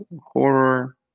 horror